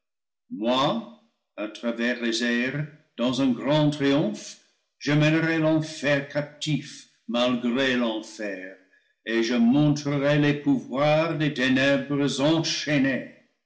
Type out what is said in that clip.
à travers les airs dans un grand triomphe j'emmènerai l'enfer captif malgré l'enfer et je montrerai les pouvoirs des ténèbres enchaînés